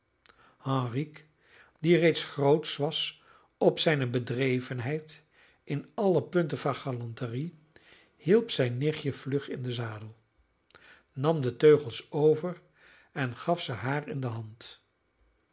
henrique die reeds grootsch was op zijne bedrevenheid in alle punten van galanterie hielp zijn nichtje vlug in den zadel nam de teugels over en gaf ze haar in de hand